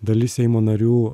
dalis seimo narių